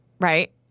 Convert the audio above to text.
Right